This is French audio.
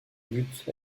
butte